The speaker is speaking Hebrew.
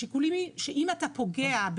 השיקולים שאם אתה פוגע,